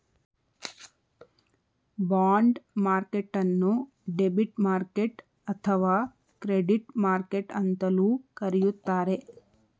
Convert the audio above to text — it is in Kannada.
ಬಾಂಡ್ ಮಾರ್ಕೆಟ್ಟನ್ನು ಡೆಬಿಟ್ ಮಾರ್ಕೆಟ್ ಅಥವಾ ಕ್ರೆಡಿಟ್ ಮಾರ್ಕೆಟ್ ಅಂತಲೂ ಕರೆಯುತ್ತಾರೆ